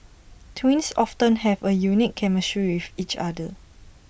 twins often have A unique chemistry with each other